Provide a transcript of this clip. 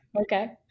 Okay